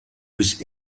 was